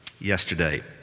yesterday